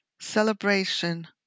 celebration